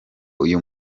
uyu